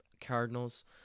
Cardinals